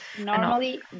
normally